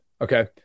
okay